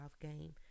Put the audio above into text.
game